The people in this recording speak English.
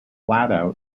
came